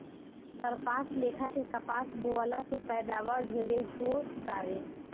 सरपास लेखा के कपास बोअला से पैदावार ढेरे हो तावे